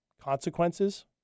consequences